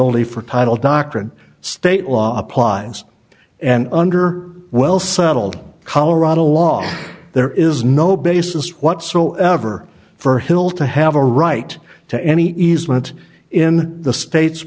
only for title doctrine state law applies and under well settled colorado law there is no basis whatsoever for hill to have a right to any easement in the state